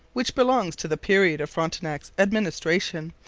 which belongs to the period of frontenac's administration,